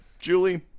Julie